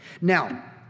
Now